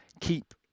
keep